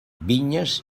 vinyes